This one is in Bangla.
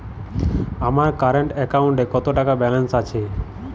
আমার কারেন্ট অ্যাকাউন্টে কত টাকা ব্যালেন্স আছে?